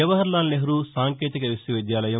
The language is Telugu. జవహర్ లాల్ నెప్రహూ సాంకేతిక విశ్వవిద్యాలయం